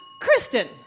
Kristen